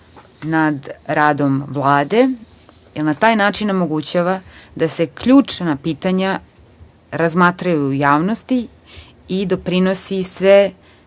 nad radom Vlade jer na taj način omogućava da se ključna pitanja razmatraju u javnosti i doprinosi se